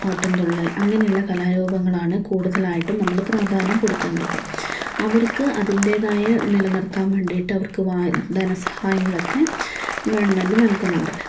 ഓട്ടംതുള്ളൽ അങ്ങനെയുള്ള കലാരൂപങ്ങളാണ് കൂടുതലായിട്ടും നമ്മള് പ്രാധാന്യം കൊടുക്കേണ്ടത് അവർക്കു അതിൻറ്റേതായ നിലനിർത്താൻ വേണ്ടീട്ട് അവർക്കു ധനസഹായങ്ങളൊക്കെ ഗൺമെൻറ് നൽകുന്നുണ്ട്